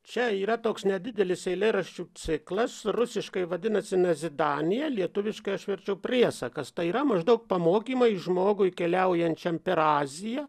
čia yra toks nedidelis eilėraščių ciklas rusiškai vadinasi nazidanije lietuviškai aš verčiu priesakas tai yra maždaug pamokymai žmogui keliaujančiam per aziją